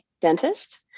dentist